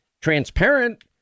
transparent